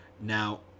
Now